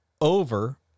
over